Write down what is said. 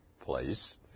place